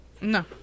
No